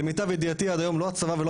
למיטב ידיעתי עד היום לא הצבא ולא